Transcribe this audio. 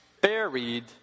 buried